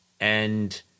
And-